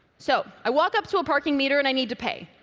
so i walk up to a parking meter and i need to pay.